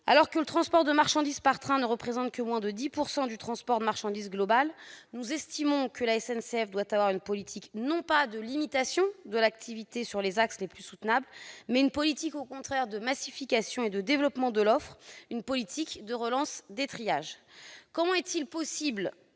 Alors que le transport de marchandises par train ne représente que moins de 10 % du transport de marchandises global, nous estimons que la SNCF doit mener une politique, non pas de limitation de l'activité sur les axes les plus soutenables, mais au contraire de massification et de développement de l'offre, en relançant les triages. Comment est-il possible,